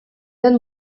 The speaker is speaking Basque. den